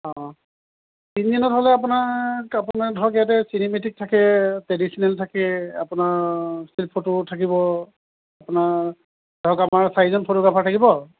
অঁ তিনিদিনত হ'লে আপোনাৰতো আপোনাৰ ধৰক ইয়াতে চিনেমেটিক থাকে ট্ৰেডিচনেল থাকে আপোনাৰ ষ্টীল ফটোও থাকিব আপোনাৰ ধৰক আমাৰ চাৰিজন ফটোগ্ৰাফাৰ থাকিব